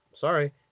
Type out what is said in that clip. Sorry